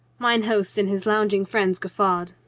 mine host and his lounging friends guffawed.